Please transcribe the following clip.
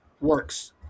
works